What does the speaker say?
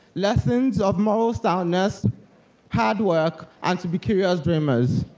lessons of moral standards, hard work, and to be curious dreamers.